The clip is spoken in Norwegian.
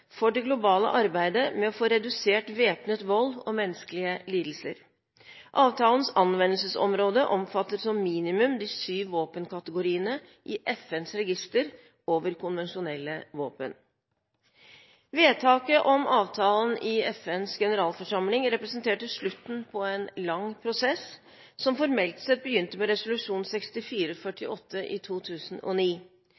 for det globale arbeidet med å få redusert væpnet vold og menneskelige lidelser. Avtalens anvendelsesområde omfatter som minimum de syv våpenkategoriene i FNs register over konvensjonelle våpen. Vedtaket om avtalen i FNs generalforsamling representerte slutten på en lang prosess som formelt sett begynte med resolusjon